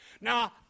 Now